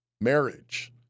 Marriage